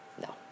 no